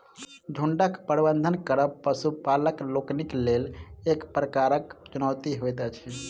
झुंडक प्रबंधन करब पशुपालक लोकनिक लेल एक प्रकारक चुनौती होइत अछि